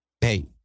Hey